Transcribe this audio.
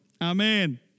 Amen